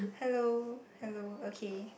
hello hello okay